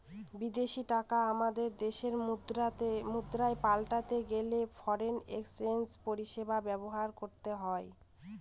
বিদেশী টাকা আমাদের দেশের মুদ্রায় পাল্টাতে গেলে ফরেন এক্সচেঞ্জ পরিষেবা ব্যবহার করতে হয়